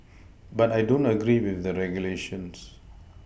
but I don't agree with the regulations